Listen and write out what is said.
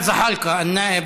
ג'מאל זחאלקה, א-נאאב,